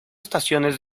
estaciones